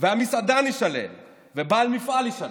והמסעדן ישלם ובעל מפעל ישלם.